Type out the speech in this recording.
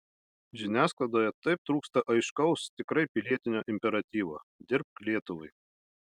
žiniasklaidoje taip trūksta aiškaus tikrai pilietinio imperatyvo dirbk lietuvai